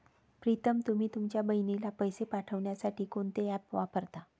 प्रीतम तुम्ही तुमच्या बहिणीला पैसे पाठवण्यासाठी कोणते ऍप वापरता?